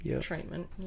treatment